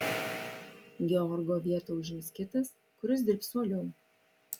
georgo vietą užims kitas kuris dirbs uoliau